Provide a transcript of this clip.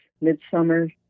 midsummer